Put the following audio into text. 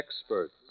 Experts